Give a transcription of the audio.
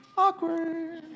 awkward